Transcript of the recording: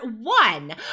one